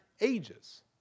ages